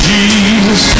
Jesus